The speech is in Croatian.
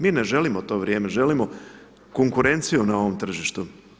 Mi ne želimo to vrijeme, želimo konkurenciju na ovom tržištu.